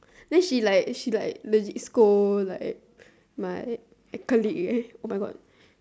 then she like she like legit scold like my colleague eh oh-my-god